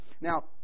Now